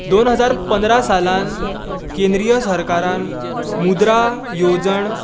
दोन हजार पंदरा सालांत केंद्रीय सरकारान मुद्रा येवजण